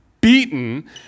beaten